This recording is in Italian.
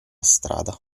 strada